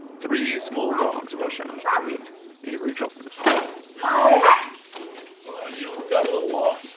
three small dogs rush out to ah meet avery trufelman hi you got a little lost.